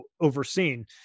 overseen